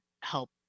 help